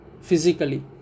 physically